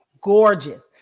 gorgeous